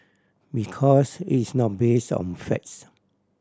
because it's not base on facts